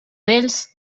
vells